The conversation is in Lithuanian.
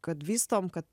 kad vystom kad